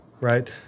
Right